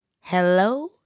hello